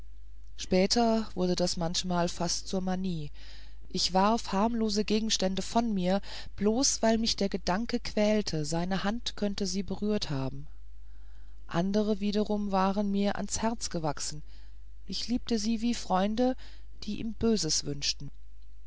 später wurde das manchmal fast zur manie ich warf harmlose gegenstände von mir bloß weil mich der gedanke quälte seine hand könne sie berührt haben andere wieder waren mir ans herz gewachsen ich liebte sie wie freunde die ihm böses wünschten